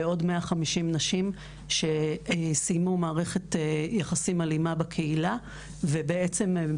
לעוד 150 נשים שסיימו מערכת יחסים אלימה בקהילה ומבקשות,